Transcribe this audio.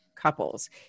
couples